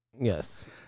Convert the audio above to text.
Yes